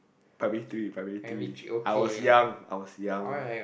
primary three primary three I was young I was young